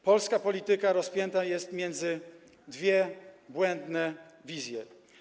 Polska polityka rozpięta jest między dwiema błędnymi wizjami.